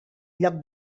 lloc